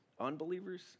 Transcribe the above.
Unbelievers